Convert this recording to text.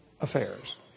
affairs